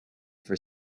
for